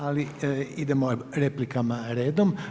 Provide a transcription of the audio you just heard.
Ali idemo replikama redom.